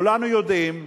כולנו יודעים,